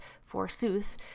forsooth